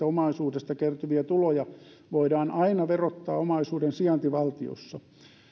omaisuudesta kertyviä tuloja voidaan aina verottaa omaisuuden sijaintivaltiossa